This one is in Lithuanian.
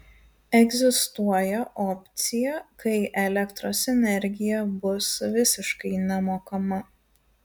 egzistuoja opcija kai elektros energija bus visiškai nemokama